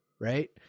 right